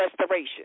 restoration